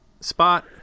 spot